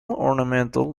ornamental